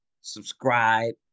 subscribe